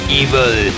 evil